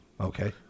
Okay